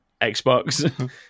Xbox